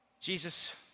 Jesus